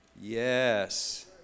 Yes